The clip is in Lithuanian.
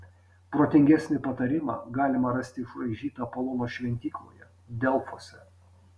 protingesnį patarimą galima rasti išraižytą apolono šventykloje delfuose